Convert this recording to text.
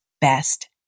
best